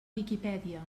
viquipèdia